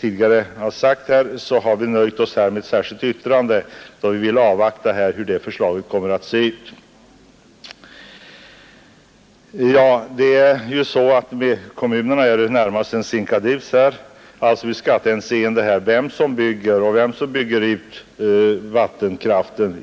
tidigare sagt har vi nöjt oss med ett särskilt yttrande, då vi vill avvakta hur delegationens förslag kommer att se ut. För kommunerna är det närmast en sinkadus vem som bygger ut vattenkraften.